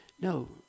no